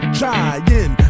trying